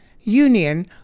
Union